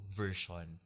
version